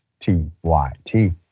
tyt